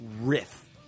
riff